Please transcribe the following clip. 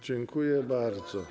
Dziękuję bardzo.